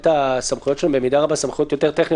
הסמכויות שלו במידה רבה הן יותר טכניות